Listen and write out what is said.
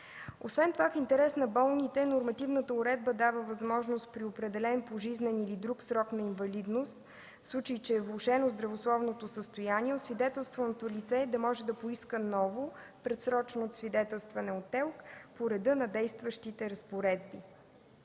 Освен това в интерес на болните нормативната уредба дава възможност при определен пожизнен или друг срок на инвалидност, в случай че е влошено здравословното състояние, освидетелстваното лице да може да поиска ново, предсрочно освидетелстване от ТЕЛК по реда на действащите разпоредби.